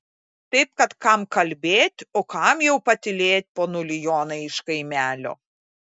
taip kad kam kalbėt o kam jau patylėt ponuli jonai iš kaimelio